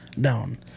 down